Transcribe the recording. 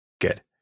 Good